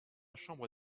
chambre